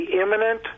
imminent